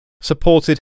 supported